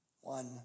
one